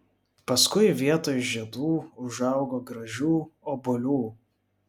paskui vietoj žiedų užaugo gražių obuolių